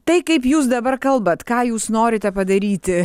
tai kaip jūs dabar kalbat ką jūs norite padaryti